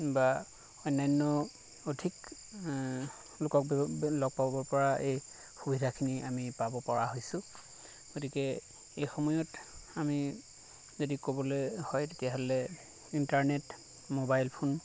বা অন্যান্য অধিক লোকক লগ পাব পৰা এই সুবিধাখিনি আমি পাব পৰা হৈছোঁ গতিকে এই সময়ত আমি যদি ক'বলৈ হয় তেতিয়াহ'লে ইণ্টাৰনেট মোবাইল ফোন